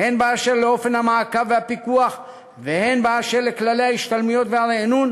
הן באשר לאופן המעקב והפיקוח והן באשר לכללי ההשתלמויות והרענון,